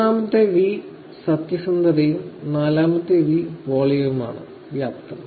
മൂന്നാമത്തെ വി സത്യസന്ധതയും നാലാമത്തെ വി വോളിയവുമാണ് വ്യാപ്തം